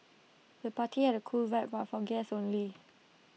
the party had A cool vibe from guests only